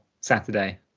Saturday